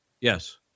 Yes